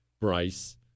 Bryce